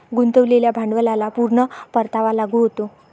गुंतवलेल्या भांडवलाला पूर्ण परतावा लागू होतो